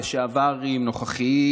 הלשעברים והנוכחיים,